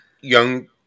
young